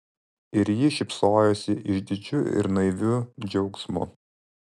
ir ji šypsojosi išdidžiu ir naiviu džiaugsmu